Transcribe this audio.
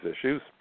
issues